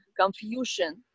confusion